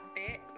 bit